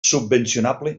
subvencionable